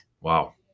Wow